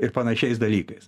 ir panašiais dalykais